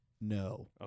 No